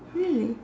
really